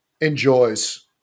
enjoys